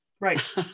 Right